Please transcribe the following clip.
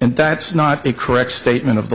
and that's not a correct statement of the